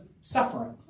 suffering